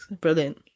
Brilliant